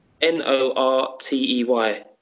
N-O-R-T-E-Y